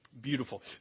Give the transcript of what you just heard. beautiful